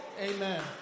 Amen